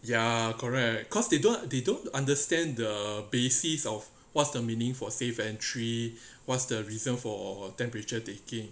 ya correct cause they don't they don't understand the basis of what's the meaning for safe entry what's the reason for temperature taking